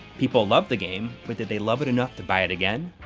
people loved the game, but did they love it enough to buy it again?